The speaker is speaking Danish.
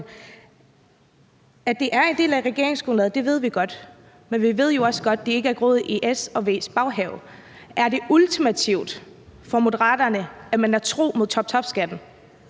At det er en del af regeringsgrundlaget, ved vi godt, men vi ved jo også godt, at det ikke er groet i S og V's baghave. Er det ultimativt for Moderaterne, at man er tro mod toptopskatten?